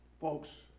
Folks